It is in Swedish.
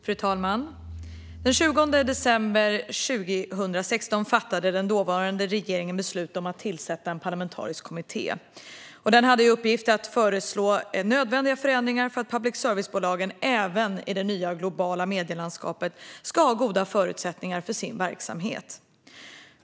Fru talman! Den 20 december 2016 fattade den dåvarande regeringen beslut om att tillsätta en parlamentarisk kommitté. Den hade i uppgift att föreslå nödvändiga förändringar för att public service-bolagen även i det nya, globala medielandskapet ska ha goda förutsättningar för sin verksamhet.